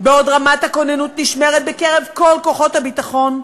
בעוד רמת הכוננות נשמרת בקרב כל כוחות הביטחון,